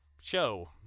show